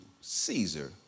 Caesar